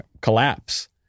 collapse